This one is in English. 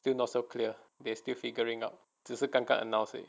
still not so clear they still figuring out 只是刚刚 announce 而已